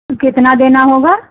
कितना देना होगा